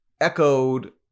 echoed